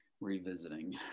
revisiting